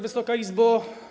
Wysoka Izbo!